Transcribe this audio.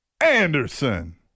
Anderson